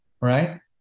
right